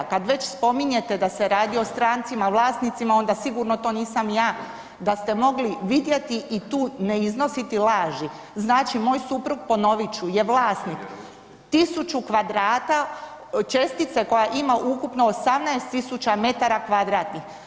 Kad već spominjete da se radi o strancima vlasnicima, onda sigurno to nisam ja, da ste mogli vidjeti i tu ne iznositi laži, znači moj suprug, ponovit ću je vlasnik 1000 kvadrata čestice koja ima ukupno 18 tisuća metara kvadratnih.